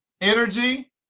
Energy